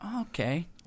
Okay